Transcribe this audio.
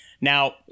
now